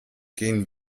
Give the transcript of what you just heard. gehen